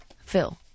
Phil